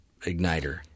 igniter